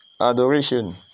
adoration